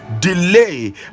delay